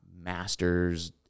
masters